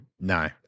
No